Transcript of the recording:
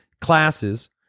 classes